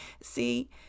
see